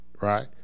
right